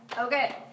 Okay